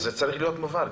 אז זה צריך להיות מובהר.